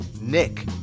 Nick